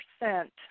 percent